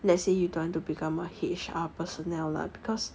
let's say you don't want to become a H_R personnel lah because